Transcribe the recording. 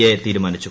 A തീരുമാനിച്ചു